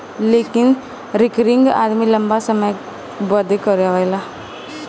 लेकिन रिकरिंग आदमी लंबा समय बदे करावेला